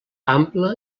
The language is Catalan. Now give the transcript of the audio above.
ampla